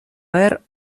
per